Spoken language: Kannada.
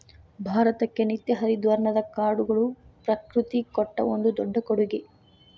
ಭಾರತಕ್ಕೆ ನಿತ್ಯ ಹರಿದ್ವರ್ಣದ ಕಾಡುಗಳು ಪ್ರಕೃತಿ ಕೊಟ್ಟ ಒಂದು ದೊಡ್ಡ ಕೊಡುಗೆ